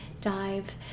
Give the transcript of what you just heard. dive